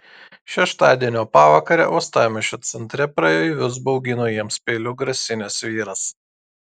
šeštadienio pavakarę uostamiesčio centre praeivius baugino jiems peiliu grasinęs vyras